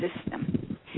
system